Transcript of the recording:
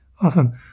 Awesome